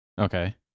okay